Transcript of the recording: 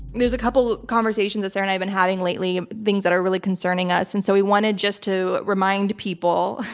there's a couple conversations that sarah and i have been having lately, things that are really concerning us and so we wanted just to remind people,